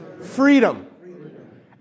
freedom